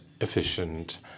efficient